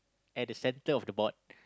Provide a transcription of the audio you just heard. at the center of the board